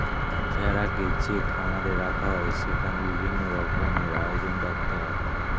ভেড়াকে যে খামারে রাখা হয় সেখানে বিভিন্ন রকমের আয়োজন রাখতে হয়